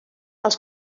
els